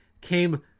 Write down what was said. came